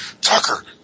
Tucker